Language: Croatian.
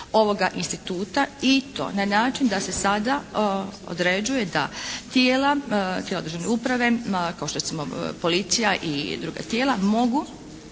ovoga instituta i to na način da se sada određuje da tijela, tijela državne uprave kao što je recimo policija i druga tijela mogu